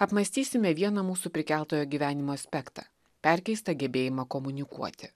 apmąstysime vieną mūsų prikeltojo gyvenimo aspektą perkeistą gebėjimą komunikuoti